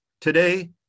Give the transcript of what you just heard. Today